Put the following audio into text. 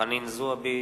חנין זועבי,